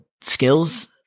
skills